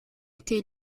été